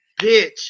bitch